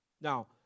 Now